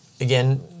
Again